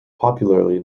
popularly